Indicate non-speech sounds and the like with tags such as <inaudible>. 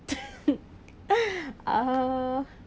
<laughs> uh